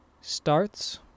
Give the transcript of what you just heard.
starts